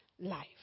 life